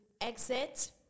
exit